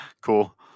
cool